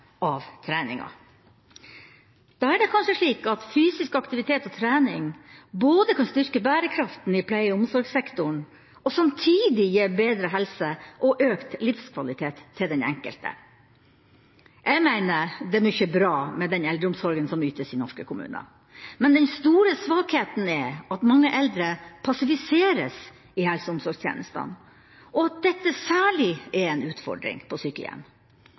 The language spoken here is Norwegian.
av treninga. Da er det kanskje slik at fysisk aktivitet og trening både kan styrke bærekraften i pleie- og omsorgssektoren og samtidig gi bedre helse og økt livskvalitet til den enkelte. Jeg mener det er mye bra med den eldreomsorgen som ytes i norske kommuner, men den store svakheten er at mange eldre passiviseres i helse- og omsorgstjenestene, og at dette særlig er en utfordring på